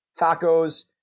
tacos